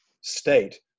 state